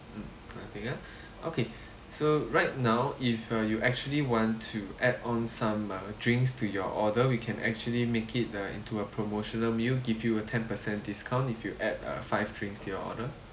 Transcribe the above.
mm nothing ah okay so right now if uh you actually want to add on some uh drinks to your order we can actually make it uh into a promotional meal give you a ten percent discount if you add uh five drinks to your order